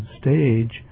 stage